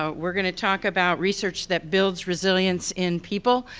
so we're gonna talk about research that builds resilience in people,